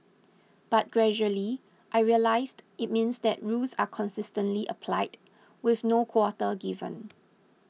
but gradually I realised it means that rules are consistently applied with no quarter given